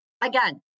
Again